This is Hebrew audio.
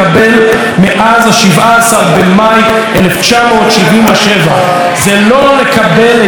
17 במאי 1977. זה לא לקבל את דין הבוחר,